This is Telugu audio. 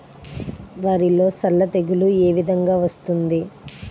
వరిలో సల్ల తెగులు ఏ విధంగా వస్తుంది?